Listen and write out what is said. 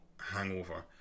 hangover